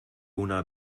una